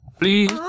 Please